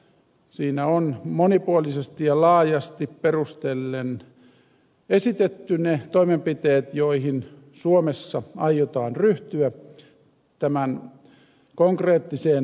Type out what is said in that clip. siinä on monipuolisesti ja laajasti perustellen esitetty ne toimenpiteet joihin suomessa aiotaan ryhtyä tämän strategian konkreettiseksi toteuttamiseksi